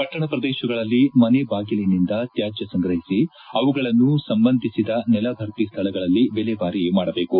ಪಟ್ಟಣ ಪ್ರದೇಶಗಳಲ್ಲಿ ಮನೆಬಾಗಿಲಿನಿಂದ ತ್ಯಾದ್ಯ ಸಂಗ್ರಹಿಸಿ ಅವುಗಳನ್ನು ಸಂಬಂಧಿಸಿದ ನೆಲಭರ್ತಿ ಸ್ಥಳಗಳಲ್ಲಿ ವಿಲೇವಾರಿ ಮಾಡಬೇಕು